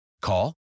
Call